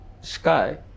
sky